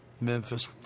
Memphis